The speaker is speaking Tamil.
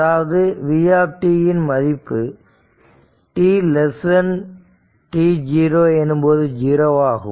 அதாவது v மதிப்பு tt0 எனும்போது 0 ஆகும்